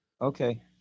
Okay